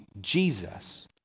Jesus